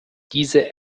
diese